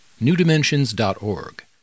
newdimensions.org